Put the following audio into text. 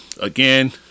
again